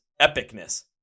epicness